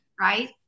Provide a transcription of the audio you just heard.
right